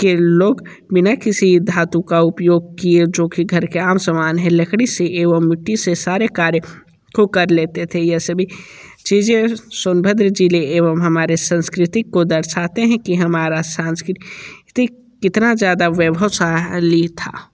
के लोग बिना किसी धातु का उपयोग किए जो कि घर के आम समान है लकड़ी से एवम मिट्टी से सारे कार्य को कर लेते थे यह सभी चीज़ें सोनभद्र ज़िले एवम हमारे संस्कृति को दर्शातें हैं कि हमारा सांकृ तिक कितना ज़्यादा वैभवशाली था